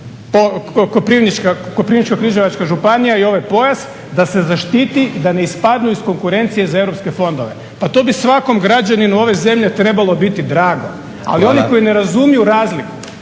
Koprivničko-križevačka županija ovaj pojas da se zaštiti da ne ispadnu iz konkurencije za europske fondove. Pa to bi svakom građaninu ove zemlje trebalo biti drago, ali oni koji ne razumiju razliku.